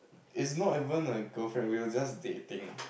it's not even a girlfriend we were just dating